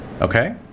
Okay